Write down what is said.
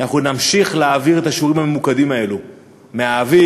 אנחנו נמשיך להעביר את השיעורים הממוקדים האלה מהאוויר,